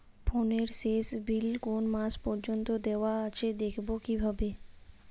ফোনের শেষ বিল কোন মাস পর্যন্ত দেওয়া আছে দেখবো কিভাবে?